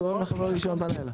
גורם לכם לא לישון בלילה?